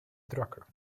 drucker